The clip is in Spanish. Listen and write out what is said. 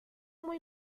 muy